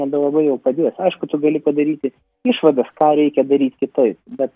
nebelabai jau padės aišku tu gali padaryti išvadas ką reikia daryt kitaip bet